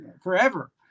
forever